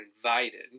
invited